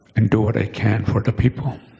and do what i can for the people.